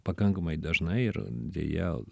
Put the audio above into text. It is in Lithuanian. pakankamai dažnai ir deja